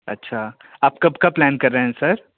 अच्छा आप कब का प्लैन कर रहे हैं सर